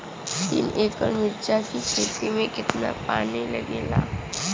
तीन एकड़ मिर्च की खेती में कितना पानी लागेला?